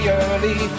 early